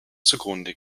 zugrunde